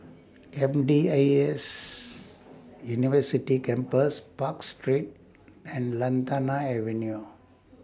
M D I S University Campus Park Street and Lantana Avenue